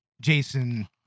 Jason